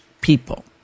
people